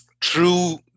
true